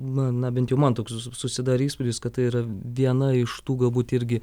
na na bent jau man toks susidarė įspūdis kad tai yra viena iš tų galbūt irgi